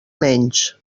menys